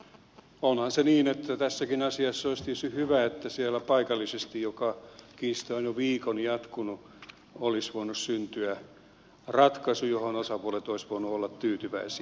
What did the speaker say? onhan se niin että tässäkin asiassa olisi tietysti hyvä että siellä paikallisesti kiistahan on jo viikon jatkunut olisi voinut syntyä ratkaisu johon osapuolet olisivat voineet olla tyytyväisiä